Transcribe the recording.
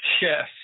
Yes